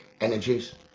energies